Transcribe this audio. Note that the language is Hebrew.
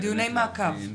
דיוני מעקב.